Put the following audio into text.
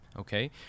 Okay